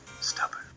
stubborn